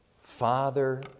Father